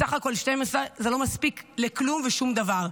בסך הכול 12. זה לא מספיק לכלום ושום דבר.